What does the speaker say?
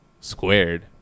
Squared